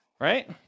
Right